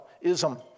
ism